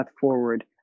forward